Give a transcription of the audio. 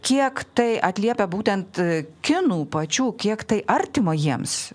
kiek tai atliepia būtent kinų pačių kiek tai artima jiems